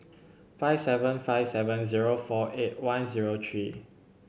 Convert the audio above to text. five seven five seven zero four eight one zero three